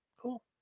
Cool